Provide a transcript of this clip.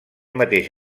mateix